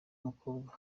mukobwa